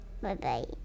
Bye-bye